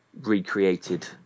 recreated